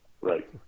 Right